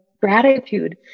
gratitude